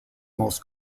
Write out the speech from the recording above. most